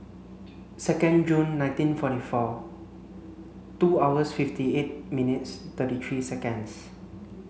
second June nineteen forty four two hours fifty eight minutes thirty three seconds